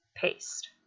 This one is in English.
Paste